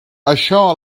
això